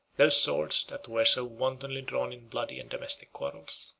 those swords that were so wantonly drawn in bloody and domestic quarrels.